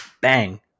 bang